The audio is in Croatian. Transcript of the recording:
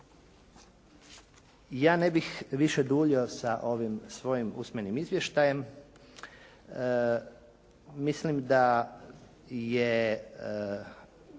Ja ne bih više duljio sa ovim svojim usmenim izvještajem. Mislim da je